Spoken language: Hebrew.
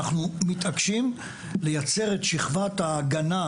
שהביאה אותנו להתעקש לייצר את שכבת ההגנה,